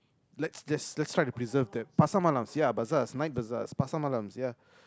let's just let's try to preserve that Pasar Malams ya bazaars night Bazaars Pasar Malam ya